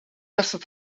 esat